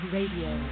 Radio